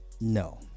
no